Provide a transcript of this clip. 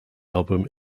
album